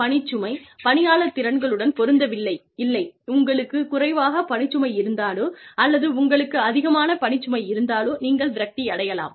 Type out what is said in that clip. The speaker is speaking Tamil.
பணிச்சுமை பணியாளர் திறன்களுடன் பொருந்தவில்லை இல்லை உங்களுக்கு குறைவாக பணிச்சுமை இருந்தாலோ அல்லது உங்களுக்கு அதிகமான பணிச்சுமை இருந்தாலோ நீங்கள் விரக்தியடையலாம்